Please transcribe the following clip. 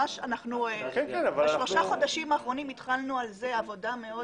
בשלושת החודשים האחרונים התחלנו על זה עבודה מאוד